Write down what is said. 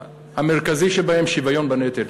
המרכזי שבהם, שוויון בנטל,